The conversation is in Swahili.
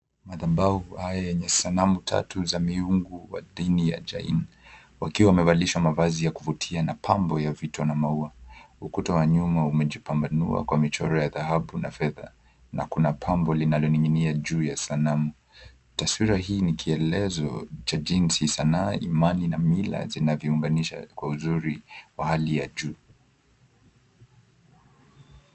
Madhabahu haya yenye sanamu tatu za miungu wa dini ya Jahin wakiwa wamevalishwa mavazi ya kuvutia na pambo ya vito na maua. Ukuta wa nyuma umejipambanua kwa michoro ya dhahabu na fedha na kuna pambo linaloning'inia juu ya sanamu . Taswira hii ni kielelezo cha jinsi sanaa imani na mila zinavyunganisha kwa uzuri mahali ya juu.